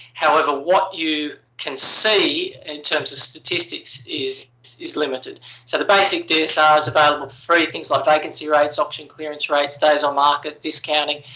however, what you can see in terms of statistics is is limited. so the basic dsr is available for free. things like vacancy rates, auction clearance rates, days on market, discounting.